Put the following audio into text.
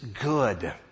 good